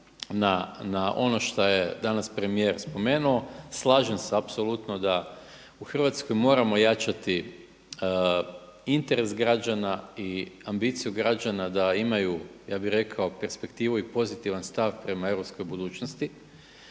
na ono što je danas premijer spomenuo, slažem se apsolutno da u Hrvatskoj moramo jačati interes građana i ambiciju građana da imaju, ja bih rekao perspektivu i pozitivan stav prema europskoj budućnosti.